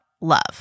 love